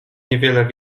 niewiele